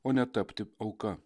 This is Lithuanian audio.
o netapti auka